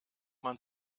man